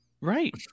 Right